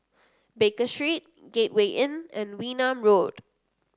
Baker Street Gateway Inn and Wee Nam Road